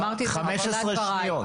יש לך עוד 15 שניות.